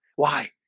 why?